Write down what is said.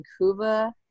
Vancouver